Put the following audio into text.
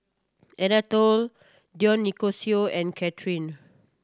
Anatole Dionicio and Cathrine